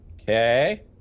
Okay